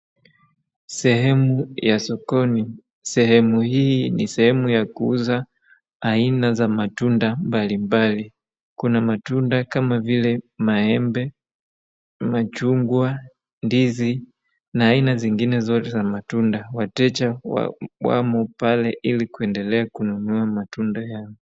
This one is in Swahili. Sehemu ya sokoni, sehemu hii ni sehemu ya kuuza aina za matunda mbalimbali, kuna matunda kama vile maembe, machungwa, ndizi na aina zingine zote za matunda, wateja wamo pale ili kuendelea kununua matunda yale.